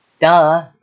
Duh